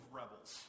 rebels